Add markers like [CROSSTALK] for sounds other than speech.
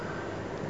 [BREATH]